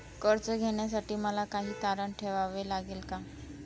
कर्ज घेण्यासाठी मला काही तारण ठेवावे लागेल का?